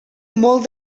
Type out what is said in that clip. molt